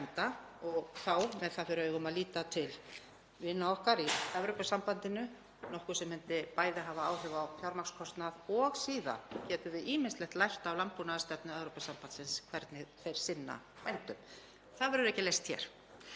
og þá með það fyrir augum að líta til vina okkar í Evrópusambandinu, nokkuð sem myndi hafa áhrif á fjármagnskostnað og síðan getum við ýmislegt lært af landbúnaðarstefnu Evrópusambandsins, hvernig þeir sinna bændum. En það verður ekki leyst hér.